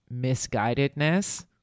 misguidedness